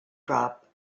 drop